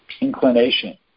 inclination